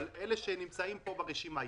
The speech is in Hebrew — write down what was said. אבל אלה שנמצאים פה ברשימה,